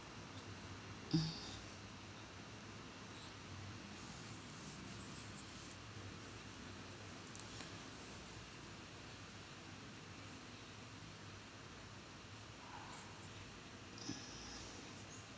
mm